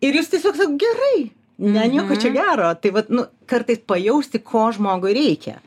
ir jūs tiesiog sakot gerai ne nieko čia gero tai vat nu kartais pajausti ko žmogui reikia